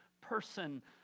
person